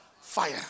Fire